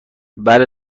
بله